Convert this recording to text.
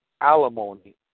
alimony